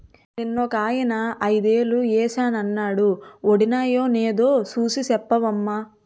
నిన్నొకాయన ఐదేలు ఏశానన్నాడు వొడినాయో నేదో సూసి సెప్పవమ్మా